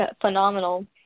phenomenal